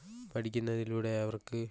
പഠിക്കുന്നതിലൂടെ അവർക്ക്